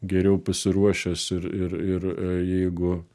geriau pasiruošęs ir ir ir jeigu